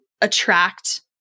attract